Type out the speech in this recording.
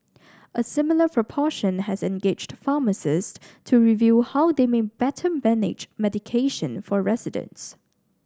a similar proportion has engaged pharmacists to review how they may better manage medication for residents